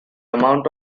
amount